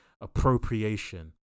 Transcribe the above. appropriation